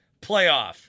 playoff